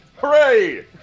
Hooray